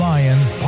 Lions